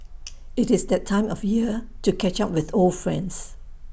IT is that time of year to catch up with old friends